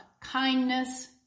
kindness